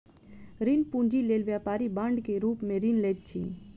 ऋण पूंजी लेल व्यापारी बांड के रूप में ऋण लैत अछि